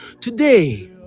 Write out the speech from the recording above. Today